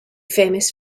famous